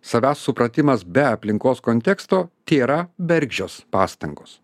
savęs supratimas be aplinkos konteksto tėra bergždžios pastangos